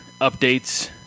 updates